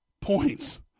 points